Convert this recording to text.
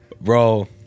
Bro